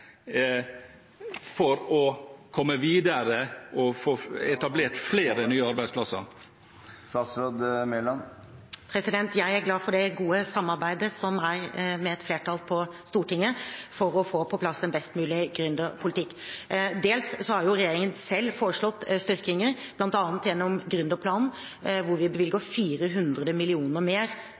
videre og får etablert flere nye arbeidsplasser? Jeg er glad for det gode samarbeidet med et flertall på Stortinget for å få på plass en best mulig gründerpolitikk. Dels har regjeringen selv foreslått styrkinger, bl.a. gjennom gründerplanen, hvor vi bevilger 400 mill. kr mer